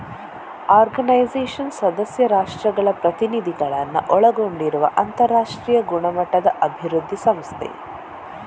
organisation ಸದಸ್ಯ ರಾಷ್ಟ್ರಗಳ ಪ್ರತಿನಿಧಿಗಳನ್ನ ಒಳಗೊಂಡಿರುವ ಅಂತರಾಷ್ಟ್ರೀಯ ಗುಣಮಟ್ಟದ ಅಭಿವೃದ್ಧಿ ಸಂಸ್ಥೆ